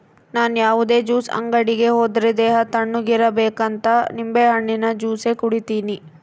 ನನ್ ಯಾವುದೇ ಜ್ಯೂಸ್ ಅಂಗಡಿ ಹೋದ್ರೆ ದೇಹ ತಣ್ಣುಗಿರಬೇಕಂತ ನಿಂಬೆಹಣ್ಣಿನ ಜ್ಯೂಸೆ ಕುಡೀತೀನಿ